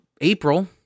April